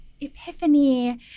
epiphany